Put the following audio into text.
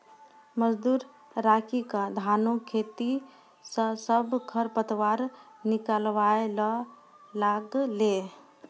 मजदूर राखी क धानों खेतों स सब खर पतवार निकलवाय ल लागलै